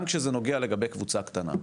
גם כזה נוגע לגבי קבוצה קטנה,